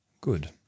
Good